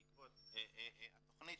בעקבות התכנית,